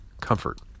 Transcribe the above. comfort